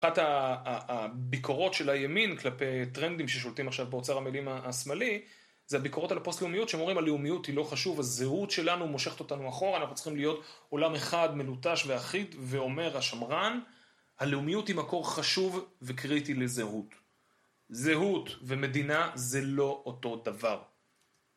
אחת הביקורות של הימין כלפי טרנדים ששולטים עכשיו באוצר המילים השמאלי זה הביקורות על הפוסט-לאומיות שאומרים הלאומיות היא לא חשוב, הזהות שלנו מושכת אותנו אחורה אנחנו צריכים להיות עולם אחד, מנוטש ואחיד ואומר השמרן הלאומיות היא מקור חשוב וקריטי לזהות. זהות ומדינה זה לא אותו דבר.